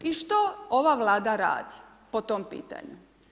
I što ova Vlada radi po tom pitanju?